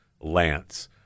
Lance